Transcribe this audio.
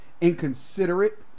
Inconsiderate